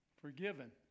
forgiven